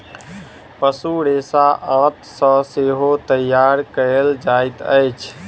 पशु रेशा आंत सॅ सेहो तैयार कयल जाइत अछि